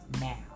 now